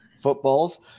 footballs